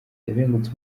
yabengutse